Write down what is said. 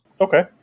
okay